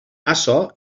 açò